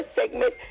segment